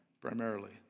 primarily